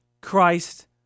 Christ